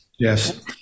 Yes